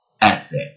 asset